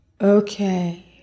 okay